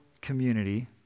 community